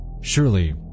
Surely